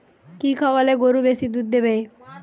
কি খাওয়ালে গরু বেশি দুধ দেবে?